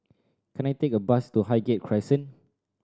can I take a bus to Highgate Crescent